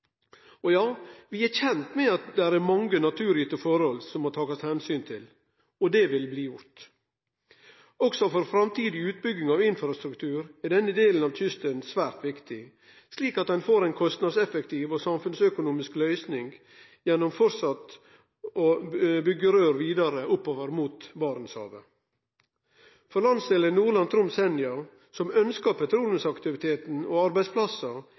Og ja, vi er kjende med dei mange naturgitte forholda som det må takast omsyn til. Det vil bli gjort. Også for framtidig utbygging av infrastruktur er denne delen av kysten svært viktig, slik at ein får ein kostnadseffektiv og samfunnsøkonomisk løysing gjennom å halde fram røyrutbygginga vidare oppover mot Barentshavet. For landsdelen, Nordland/Troms–Senja, som ønskjer petroleumsaktiviteten og arbeidsplassar,